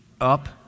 Up